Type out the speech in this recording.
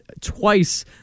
twice